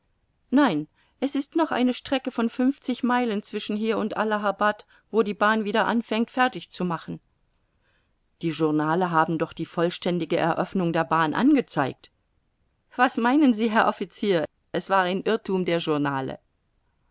nein es ist noch eine strecke von fünfzig meilen zwischen hier und allahabad wo die bahn wieder anfängt fertig zu machen die journale haben doch die vollständige eröffnung der bahn angezeigt was meinen sie herr officier es war ein irrthum der journale